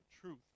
truth